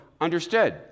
understood